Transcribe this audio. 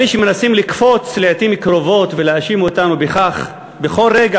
אלה שמנסים לקפוץ לעתים קרובות ולהאשים אותו בכך בכל רגע